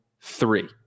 three